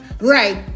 right